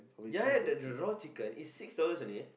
ya ya that that raw chicken it's six dollars only